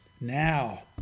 now